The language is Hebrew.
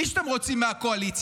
מי שאתם רוצים מהקואליציה,